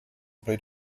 play